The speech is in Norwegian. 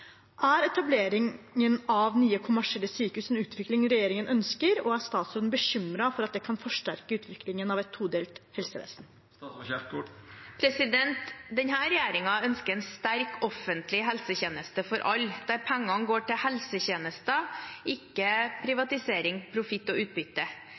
Er etableringen av nye kommersielle sykehus en utvikling regjeringen ønsker, og er statsråden bekymret for at det kan forsterke utviklingen av et todelt helsevesen?» Denne regjeringen ønsker en sterk offentlig helsetjeneste for alle, der pengene går til helsetjenester, ikke